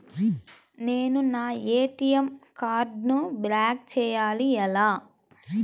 నేను నా ఏ.టీ.ఎం కార్డ్ను బ్లాక్ చేయాలి ఎలా?